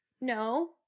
no